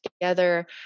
together